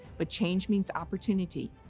but change means opportunity.